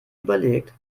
überlegt